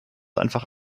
einfach